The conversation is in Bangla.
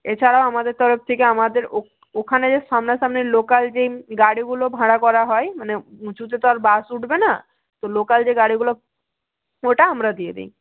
এছাড়াও আমাদের তরফ থেকে আমাদের ওখানে যে সামনা সামনি লোকাল যেই গাড়িগুলো ভাড়া করা হয় মানে উঁচুতে তো আর বাস উঠবে না তো লোকাল যে গাড়িগুলো ওটা আমরা দিয়ে দিই